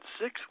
six